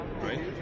right